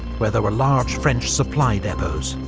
where there were large french supply depots.